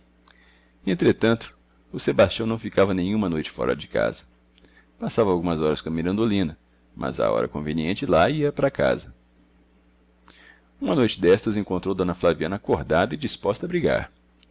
entretanto o sebastião não ficava nenhuma noite fora de casa passava algumas horas com a mirandolina mas á hora conveniente lá ia para casa uma noite destas encontrou d flaviana acordada e disposta a brigar